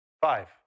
Five